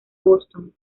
boston